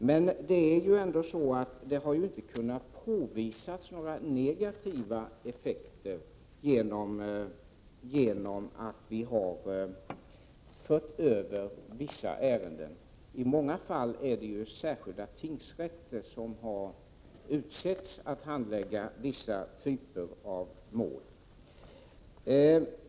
Man har emellertid inte kunnat påvisa några negativa effekter av att vi har fört över vissa ärenden. I många fall är det särskilda tingsrätter som har utsetts att handlägga vissa typer av mål.